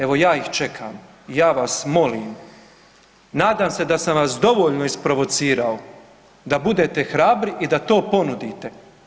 Evo ja ih čekam i ja vas molim nadam se da sam vas dovoljno isprovocirao da budete hrabri i da to ponudite.